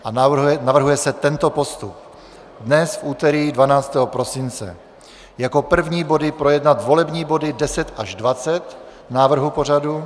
A navrhuje se tento postup: Dnes, v úterý 12. prosince, jako první body projednat volební body 10 až 20 návrhu pořadu.